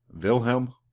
Wilhelm